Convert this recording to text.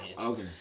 Okay